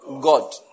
God